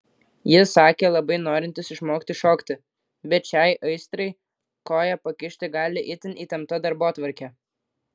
jis sakė labai norintis išmokti šokti bet šiai aistrai koją pakišti gali itin įtempta darbotvarkė